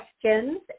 questions